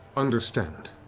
understand.